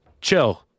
chill